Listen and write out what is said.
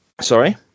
Sorry